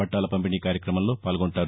పట్టాల పంపిణీ కార్యక్రమంలో పాల్గొంటారు